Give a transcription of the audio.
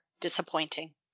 disappointing